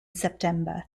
september